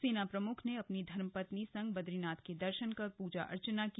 सेना प्रमुख ने अपनी धर्मपत्नी संग बद्रीनाथ के दर्शन कर पूजा अर्चना की